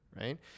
right